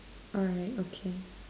alright okay